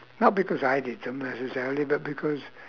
not because I did sometimes it's only but because